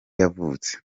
yavutse